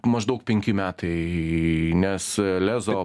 maždaug penki metai nes lezo